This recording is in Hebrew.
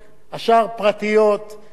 ועוד כ-150 תקנות